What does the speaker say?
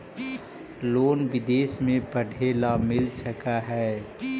Loan विदेश में पढ़ेला मिल सक हइ?